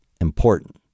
important